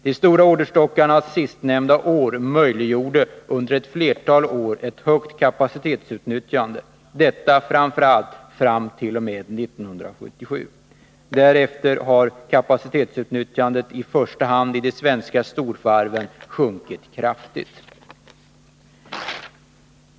De stora orderstockarna sistnämnda år möjliggjorde under ett flertal år ett högt kapacitetsutnyttjande — detta framför allt fram t.o.m. 1977. Därefter har kapacitetsutnyttjandet i första hand i de svenska storvarven sjunkit kraftigt.